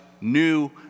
new